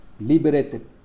liberated